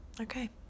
Okay